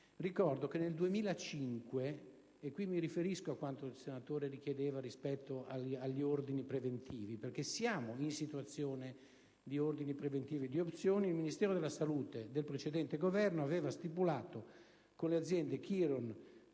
Ricordo che nel 2005 - e qui mi riferisco a quanto è stato chiesto rispetto agli ordini preventivi, perché siamo in situazione di ordini preventivi, di opzioni - il Ministero della salute del precedente Governo aveva stipulato con le aziende Chiron,